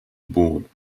board